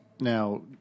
Now